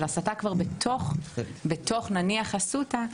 של הסתה כבר בתוך נניח אסותא,